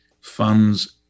funds